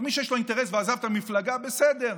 מי שיש לו אינטרס ועזב את המפלגה, בסדר,